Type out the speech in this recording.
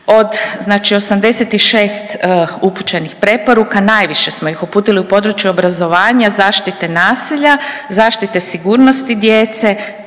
86 upućenih preporuka najviše smo ih uputili u području obrazovanja, zaštite nasilja, zaštite sigurnosti djece,